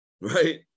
right